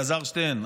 אלעזר שטרן,